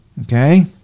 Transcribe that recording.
Okay